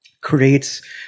creates